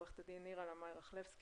עורכת הדין נירה לאמעי רכלבסקי.